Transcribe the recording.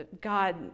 God